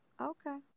Okay